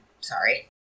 sorry